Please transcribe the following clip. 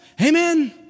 Amen